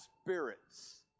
spirits